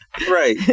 Right